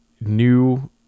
new